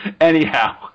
anyhow